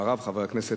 8599,